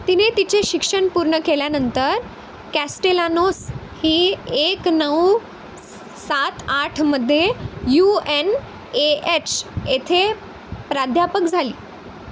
तिने तिचे शिक्षण पूर्ण केल्यानंतर कॅस्टेलानोस ही एक नऊ सात आठमध्ये यू एन ए एच येथे प्राध्यापक झाली